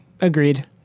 Agreed